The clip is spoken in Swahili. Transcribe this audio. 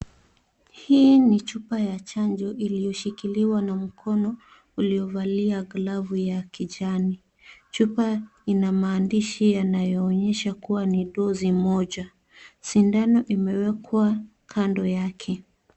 Hii ni chupa ya chanjo iliyoshikiliwa na mkono uliovalia glavu ya kijani. Chupa ina maandishi yanayoonyesha kuwa ni dozi moja. Sindano imewekwa kando yake.